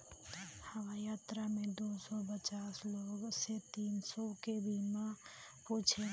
हवाई यात्रा में दू सौ पचास से तीन सौ के बीमा पूछेला